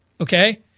okay